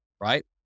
right